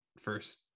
first